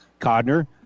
Codner